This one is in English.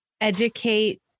educate